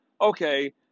Okay